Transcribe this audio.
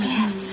Yes